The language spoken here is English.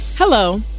Hello